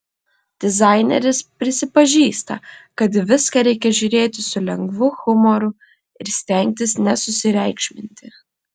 dizaineris prisipažįsta kad į viską reikia žiūrėti su lengvu humoru ir stengtis nesusireikšminti